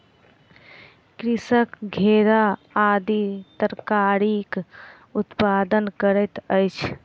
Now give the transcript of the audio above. कृषक घेरा आदि तरकारीक उत्पादन करैत अछि